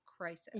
crisis